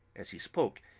as he spoke,